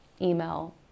email